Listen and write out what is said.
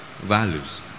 values